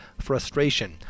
frustration